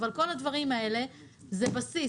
אבל כל הדברים האלה הם בסיס.